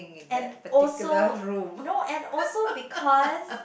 and also no and also because